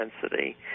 density